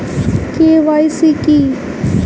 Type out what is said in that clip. KYC কি?